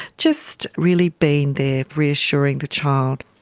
just really being there, reassuring the child.